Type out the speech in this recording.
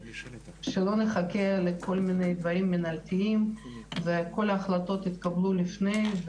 שלא נחכה לכל מיני דברים מנהלתיים וכל ההחלטות יתקבלו לפני.